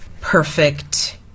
perfect